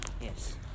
Yes